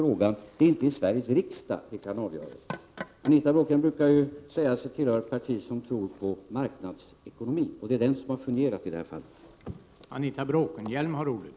Det är inte i Sveriges riksdag vi kan avgöra den frågan. Anita Bråkenhielm brukar ju säga sig tillhöra ett parti som tror på marknadsekonomin. Det är den som har fungerat i det här fallet.